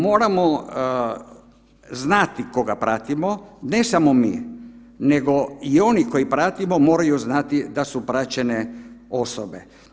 Moramo znati koga pratimo, ne samo mi, nego i koje pratimo moraju znati da su praćene osobe.